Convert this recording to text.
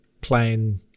playing